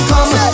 Come